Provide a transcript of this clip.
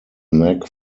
knack